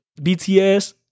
BTS